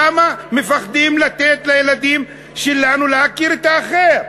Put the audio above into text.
למה מפחדים לתת לילדים שלנו להכיר את האחר?